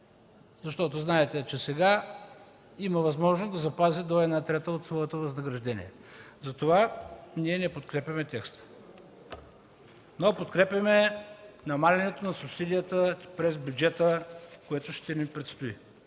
време. Знаете, че сега има възможност да запази до една трета от своето възнаграждение. Затова ние не подкрепяме текста, но подкрепяме намаляването на субсидията през бюджета, което ще ни предстои.